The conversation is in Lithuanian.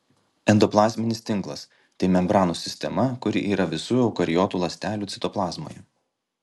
endoplazminis tinklas tai membranų sistema kuri yra visų eukariotų ląstelių citoplazmoje